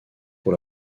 pour